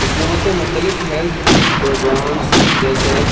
حکومتیں مختلف health programmes جیسے